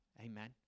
Amen